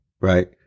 Right